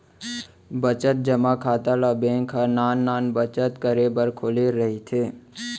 बचत जमा खाता ल बेंक ह नान नान बचत करे बर खोले रहिथे